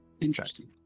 Interesting